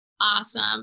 Awesome